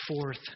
forth